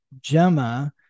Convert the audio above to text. Gemma